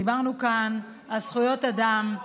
דיברנו כאן על זכויות אדם.